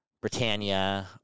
Britannia